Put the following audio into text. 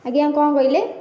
ଆଜ୍ଞା କଣ କଇଲେ